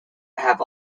have